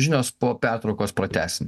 žinios po pertraukos pratęsim